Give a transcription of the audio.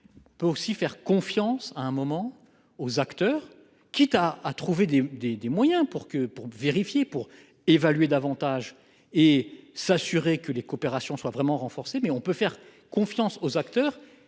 Pour aussi faire confiance à un moment aux acteurs quitte à à trouver des des des moyens pour que pour vérifier pour évaluer davantage et s'assurer que les coopérations soit vraiment renforcer mais on peut faire confiance aux acteurs